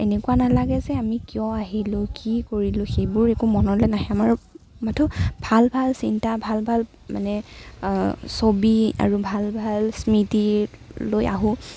এনেকুৱা নালাগে যে আমি কিয় আহিলোঁ কি কৰিলোঁ সেইবোৰ একো মনলৈ নাহে আমাৰ মাথোঁ ভাল ভাল চিন্তা ভাল ভাল মানে ছবি আৰু ভাল ভাল স্মৃতি লৈ আহোঁ